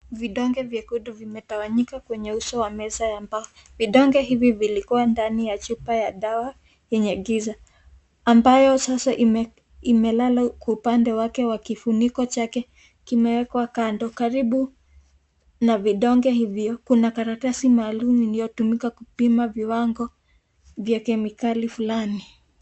Vidonge vyekundu vimetawanyika kwenye uso wa meza ya mbao. Vidonge hivi vilikuwa ndani ya chupa ya dawa yenye giza ambayo sasa imelala kwa upande wake wa kifuniko chake kimewekwa kando. Karibu na vidonge hivo kuna karatasi maalum iliyotumika kupima viwango vya kemikali fulani.